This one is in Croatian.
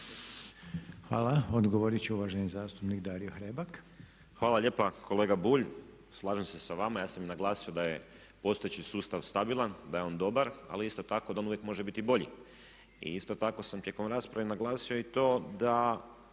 Hvala. Odgovorit će uvaženi zastupnik Dario Hrebak. **Hrebak, Dario (HSLS)** Hvala lijepa kolega Bulj. Slažem se sa vama. Ja sam i naglasio da je postojeći sustav stabilan, da je on dobar. Ali isto tako da on uvijek može biti bolji i isto tako sam tijekom rasprave naglasio i to da